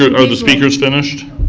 ah are the speakers finished?